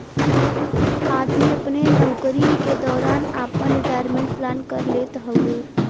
आदमी अपने नउकरी के दौरान आपन रिटायरमेंट प्लान कर लेत हउवे